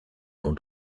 und